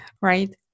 Right